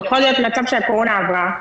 יכול להיות מצב שהקורונה עברה,